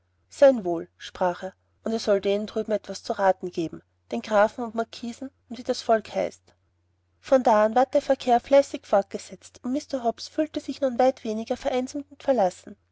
sein wohl sprach er und er soll denen drüben was zu raten aufgeben den grafen und marquisen und wie das volk heißt von da an ward der verkehr fleißig fortgesetzt und mr hobbs fühlte sich nun weit weniger vereinsamt und verlassen